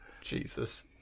Jesus